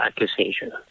accusation